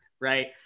right